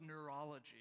neurology